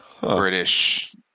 British